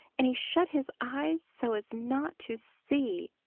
and he shut his eyes so as not to see.